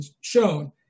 shown